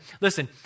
listen